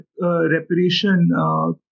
reparation